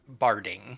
barding